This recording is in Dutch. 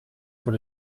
voor